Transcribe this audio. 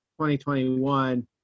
2021